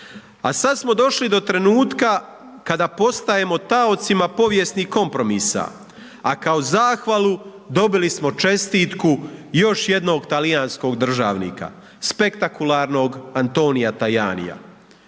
A sad smo došli do trenutka kada postajemo taocima povijesnih kompromisa, a kao zahvalu dobili smo čestitku još jednog talijanskog državnika, spektakularnog Antonia Tajania.